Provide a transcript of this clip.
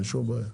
אין שום בעיה.